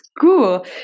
Cool